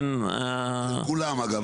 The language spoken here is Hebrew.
על כולן, אגב.